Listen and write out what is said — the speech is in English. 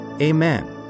Amen